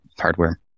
hardware